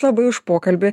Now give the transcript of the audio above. labai už pokalbį